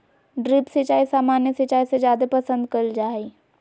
drip सिंचाई सामान्य सिंचाई से जादे पसंद कईल जा हई